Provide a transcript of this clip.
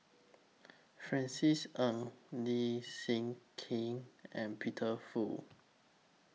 Francis Ng Leslie Kee and Peter Fu